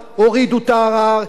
הגיע להנהלת הקואליציה,